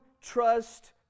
trust